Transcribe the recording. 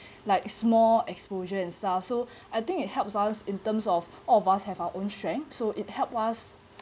like small exposure and stuff so I think it helps us in terms of all of us have our own strength so it helps us